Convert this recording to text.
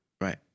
Right